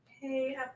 Hey